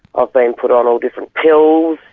i've been put on all different pills,